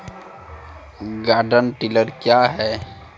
Garden tiller क्या हैं?